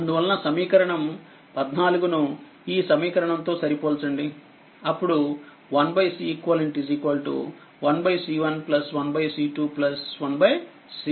అందువలనసమీకరణం14 ను ఈ సమీకరణం తో సరిపోల్చండిఅప్పుడు 1Ceq 1C1 1C2